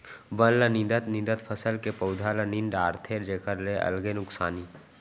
बन ल निंदत निंदत फसल के पउधा ल नींद डारथे जेखर ले अलगे नुकसानी